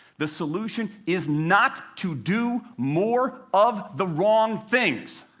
the solution is not to do more of the wrong things,